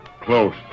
Close